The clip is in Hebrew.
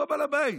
הוא הבעל בית.